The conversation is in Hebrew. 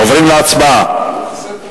עוברים להצבעה.